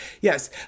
yes